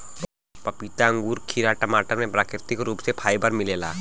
पपीता अंगूर खीरा टमाटर में प्राकृतिक रूप से फाइबर मिलेला